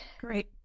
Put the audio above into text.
Great